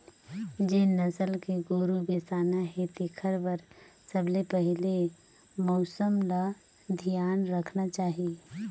जेन नसल के गोरु बेसाना हे तेखर बर सबले पहिले मउसम ल धियान रखना चाही